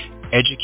educate